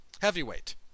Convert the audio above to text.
Heavyweight